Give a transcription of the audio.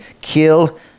kill